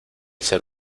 ser